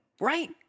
right